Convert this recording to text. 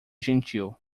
gentil